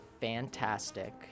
fantastic